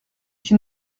qui